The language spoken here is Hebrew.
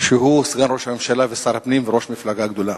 שהוא סגן ראש הממשלה ושר הפנים וראש מפלגה גדולה.